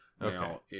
Now